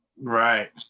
Right